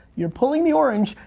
you're pulling the orange,